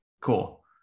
Cool